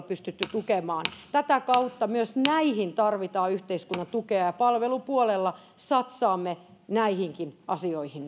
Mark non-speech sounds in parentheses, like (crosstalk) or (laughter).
(unintelligible) pystytty tukemaan tätä kautta myös näihin tarvitaan yhteiskunnan tukea ja palvelupuolella satsaamme näihinkin asioihin (unintelligible)